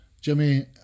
Jimmy